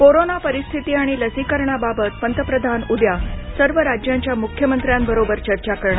corona परिस्थिती आणि लसीकरणाबाबत पंतप्रधान उद्या सर्व राज्यांच्या मुख्यमंत्र्यांबरोबर चर्चा करणार